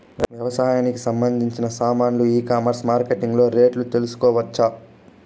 వ్యవసాయానికి సంబంధించిన సామాన్లు ఈ కామర్స్ మార్కెటింగ్ లో రేట్లు తెలుసుకోవచ్చా?